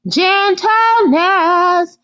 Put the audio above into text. gentleness